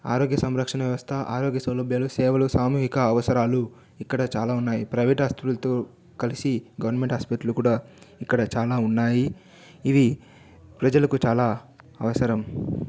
ఆరోగ్య సంరక్షణ వ్యవస్థ ఆరోగ్య సౌలబ్యాలు సేవలు సామూహిక అవసరాలు ఇక్కడ చాలా ఉన్నాయ్ ప్రైవేట్ ఆస్తులతో కలిసి గవర్నమెంట్ హాస్పిటల్ కూడా ఇక్కడ చాలా ఉన్నాయి ఇవి ప్రజలకు చాలా అవసరం